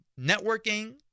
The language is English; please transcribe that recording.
networking